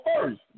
first